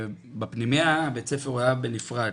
בפנימייה בית הספר הוא היה בנפרד,